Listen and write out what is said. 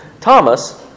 Thomas